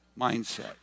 mindset